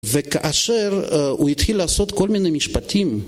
וכאשר הוא התחיל לעשות כל מיני משפטים